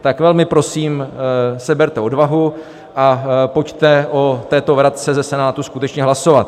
Tak velmi prosím, seberte odvahu a pojďte o této vratce ze Senátu skutečně hlasovat.